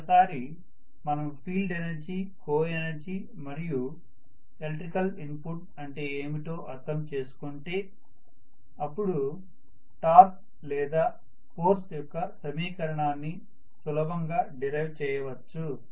ఒకసారి మనము field energy coenergy మరియు ఎలక్ట్రికల్ ఇన్పుట్ అంటే ఏమిటో అర్థం చేసుకుంటే అపుడు టార్క్ లేదా ఫోర్స్ యొక్క సమీకరణాన్ని సులభంగా డిరైవ్ చేయొచ్చు